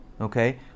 Okay